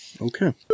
Okay